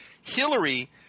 Hillary